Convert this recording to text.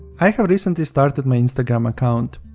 i have recently started my instagram account,